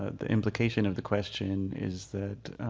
ah the implication of the question is that